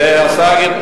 השר,